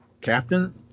Captain